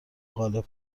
غالب